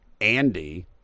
Andy